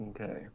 Okay